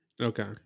Okay